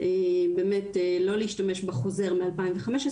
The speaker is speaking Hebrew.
באמת לא להשתמש בחוזר משנת 2015,